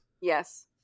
Yes